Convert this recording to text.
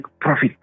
profit